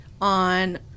On